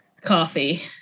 Coffee